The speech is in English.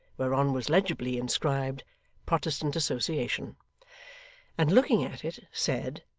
whereon was legibly inscribed protestant association and looking at it, said,